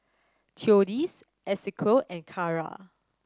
Theodis Esequiel and Carra